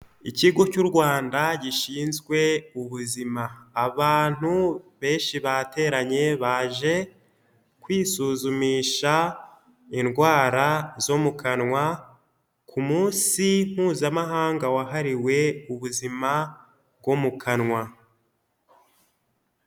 Ikigo cy'u Rwanda gishinzwe ubuzima, abantu benshi bateranye baje kwisuzumisha indwara zo mu kanwa ku munsi mpuzamahanga wahariwe ubuzima bwo mu kanwa.